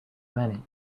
many